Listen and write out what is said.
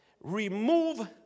Remove